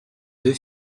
deux